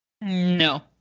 No